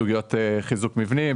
בסוגיות חיזוק מבנים.